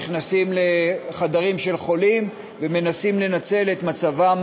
שנכנסים לחדרים של חולים ומנסים לנצל את מצבם